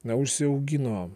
na užsiaugino